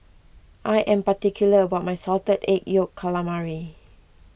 I am particular about my Salted Egg Yolk Calamari